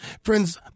Friends